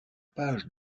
page